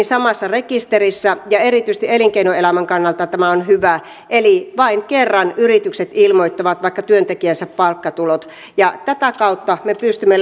samassa rekisterissä ja erityisesti elinkeinoelämän kannalta tämä on hyvä eli vain kerran yritykset ilmoittavat vaikka työntekijänsä palkkatulot tätä kautta me pystymme